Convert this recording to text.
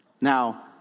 Now